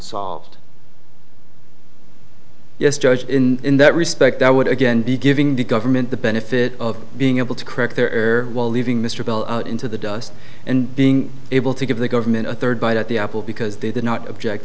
solved yes judge in that respect i would again be giving the government the benefit of being able to correct their while leaving mr bill into the dust and being able to give the government a third bite at the apple because they did not object